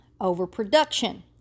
overproduction